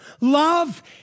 Love